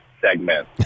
segment